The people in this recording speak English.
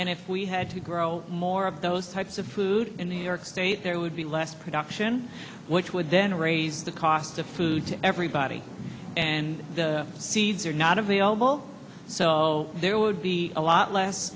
and if we had to grow more of those types of food in new york state there would be less production which would then raise the cost of food to everybody and the seeds are not available so there would be a lot less